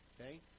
okay